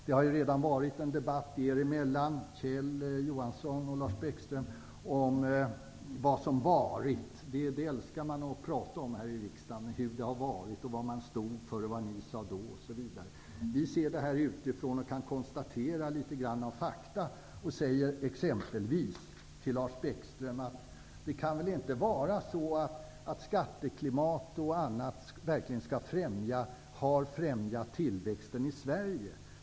Det har ju redan förts en debatt mellan Kjell Johansson och Lars Bäckström om vad som varit. Här i riksdagen älskar man att prata om hur det har varit, vad man stod för, vad man sade då, osv. Vi ser det här utifrån och kan konstatera fakta. Till exempelvis Lars Bäckström kan jag säga: Det kan väl inte vara så att skatteklimat och annat har främjat tillväxten i Sverige?